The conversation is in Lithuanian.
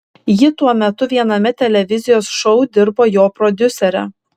ji tuo metu viename televizijos šou dirbo jo prodiusere